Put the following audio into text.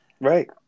Right